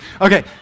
Okay